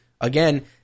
Again